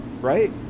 right